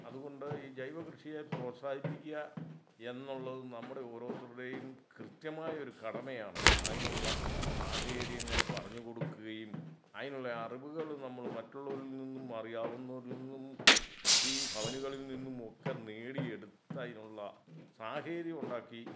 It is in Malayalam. അതുകൊണ്ട് ഈ ജൈവ കൃഷിയെ പ്രോത്സാഹിപ്പിക്കുക എന്നുള്ളത് നമ്മുടെ ഓരോരുത്തരുടെയും കൃത്യമായ ഒരു കടമയാണ് അതിനുള്ള സാഹചര്യങ്ങൾ പറഞ്ഞു കൊടുക്കുകയും അതിനുള്ള അറിവുകൾ നമ്മൾ മറ്റുള്ളവരിൽ നിന്നും അറിയാവുന്നവരിൽ നിന്നും കൃഷിഭവനുകളിൽ നിന്നും ഒക്കെ നേടിയെടുത്ത അതിനുള്ള സാഹചര്യം ഉണ്ടാക്കി